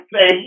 say